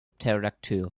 pterodactyl